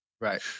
Right